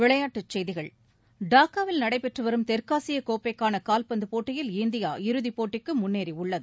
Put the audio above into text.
விளையாட்டுச் செய்திகள் டாக்காவில் நடைபெற்று வரும் தெற்காசிய கோப்பைக்கான கால்பந்து போட்டியில் இந்தியா இறுதிப்போட்டிக்கு முன்னேறியுள்ளது